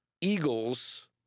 Eagles